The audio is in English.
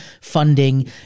funding